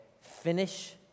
finish